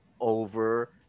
over